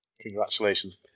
Congratulations